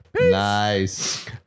Nice